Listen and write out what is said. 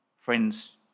Friends